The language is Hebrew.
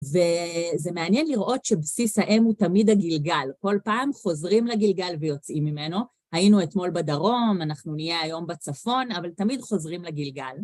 וזה מעניין לראות שבסיס האם הוא תמיד הגילגל. כל פעם חוזרים לגילגל ויוצאים ממנו. היינו אתמול בדרום, אנחנו נהיה היום בצפון, אבל תמיד חוזרים לגילגל.